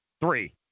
Three